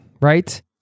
right